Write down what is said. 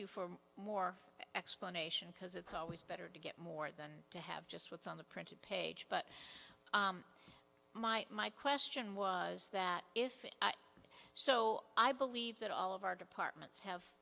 you for more explanation because it's always better to get more than to have just what's on the printed page but my my question was that if so i believe that all of our departments have